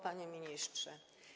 Panie Ministrze!